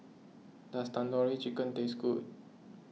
does Tandoori Chicken taste good